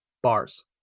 bars